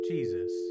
Jesus